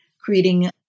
creating